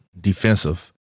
defensive